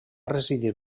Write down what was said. residir